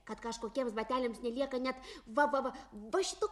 kad kažkokiems bateliams nelieka net va va va šito